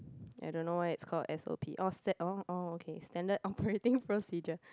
I don't know why it's called s_o_p orh stand~ orh orh okay standard operating procedure